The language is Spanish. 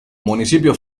municipio